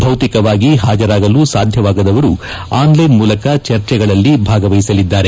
ಭೌತಿಕವಾಗಿ ಹಾಜರಾಗಲು ಸಾಧ್ಯವಾಗದವರು ಆನ್ಲ್ಟೆನ್ ಮೂಲಕ ಚರ್ಚೆಗಳಲ್ಲಿ ಭಾಗವಹಿಸಲಿದ್ದಾರೆ